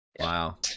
Wow